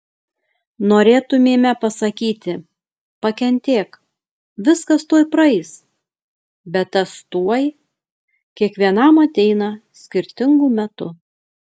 norėtumėme pasakyti pakentėk viskas tuoj praeis bet tas tuoj kiekvienam ateina skirtingu metu